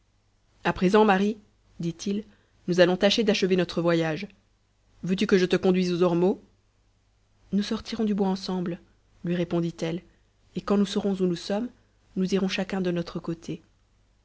a présent marie dit-il nous allons tâcher d'achever notre voyage veux-tu que je te conduise aux ormeaux nous sortirons du bois ensemble lui répondit-elle et quand nous saurons où nous sommes nous irons chacun de notre côté